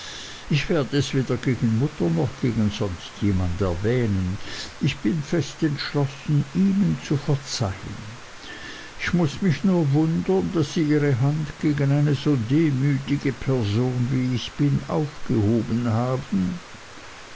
ich werde es weder gegen mutter noch gegen sonst jemand erwähnen ich bin fest entschlossen ihnen zu verzeihen ich muß mich nur wundern daß sie ihre hand gegen eine so demütige person wie ich bin aufgehoben haben